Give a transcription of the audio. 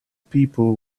people